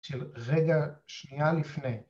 ‫של רגע שנייה לפני.